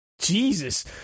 Jesus